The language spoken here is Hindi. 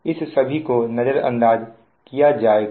इन सभी को नजरअंदाज किया जाएगा